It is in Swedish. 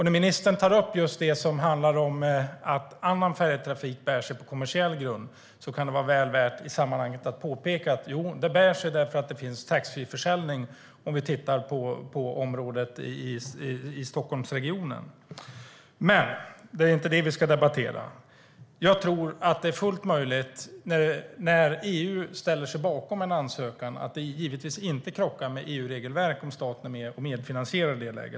När ministern tar upp att annan färjetrafik bär sig på kommersiell grund kan det vara väl värt att påpeka att den bär sig därför att det finns taxfreeförsäljning, om vi tittar på trafik till och från Stockholmsregionen. Men det är inte det vi ska debattera. När EU ställer sig bakom en ansökan krockar det givetvis inte med EU-regelverk om staten är med och medfinansierar.